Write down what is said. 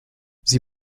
sie